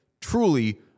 truly